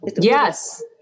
Yes